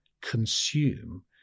consume